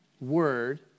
word